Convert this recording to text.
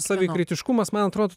savikritiškumas man atrodo